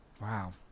Wow